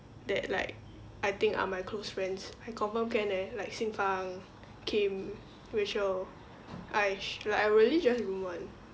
that like I think are my close friends I confirm can eh like xin fang kim rachel aish like I'll really just room [one]